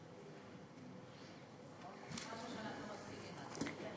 זה משהו שאנחנו נסכים אתך.